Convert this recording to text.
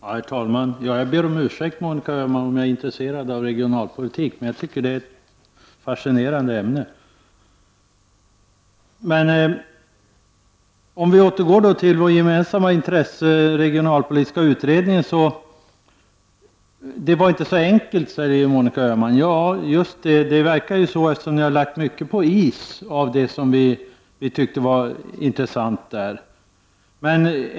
Herr talman! Jag ber om ursäkt, Monica Öhman, om jag är intresserad av regionalpolitik, men jag tycker att det är ett fascinerande ämne. När det gäller vårt gemensamma intresse, den regionalpolitiska utredningen, sade Monica Öhman att det inte var så enkelt. Ja, det verkar ju så, eftersom ni har lagt mycket av det som vi tyckte var intressant på is.